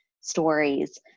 stories